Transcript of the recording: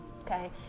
okay